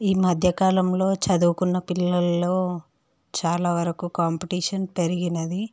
ఈ మధ్యకాలంలో చదువుకున్న పిల్లల్లో చాలా వరకు కాంపిటీషన్ పెరిగినది